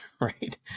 right